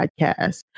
podcast